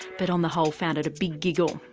but on the whole found it a big giggle.